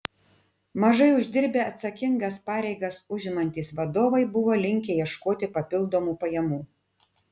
mažai uždirbę atsakingas pareigas užimantys vadovai buvo linkę ieškoti papildomų pajamų